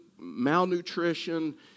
Malnutrition